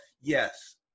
yes